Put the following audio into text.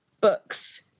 books